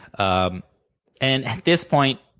ah and at this point,